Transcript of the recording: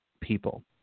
people